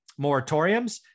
moratoriums